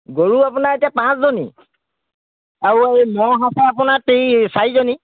গৰু আপোনাৰ এতিয়া পাঁচজনী আৰু এই ম'হ আছে আপোনাৰ চাৰিজনী